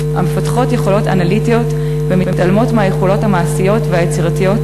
המפתחות יכולות אנליטיות ומתעלמות מהיכולות המעשיות והיצירתיות